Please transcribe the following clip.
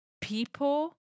people